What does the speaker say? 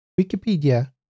Wikipedia